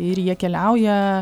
ir jie keliauja